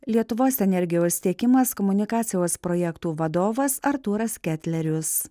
lietuvos energijos tiekimas komunikacijos projektų vadovas artūras ketlerius